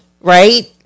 right